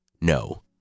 No